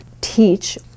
teach